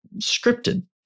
scripted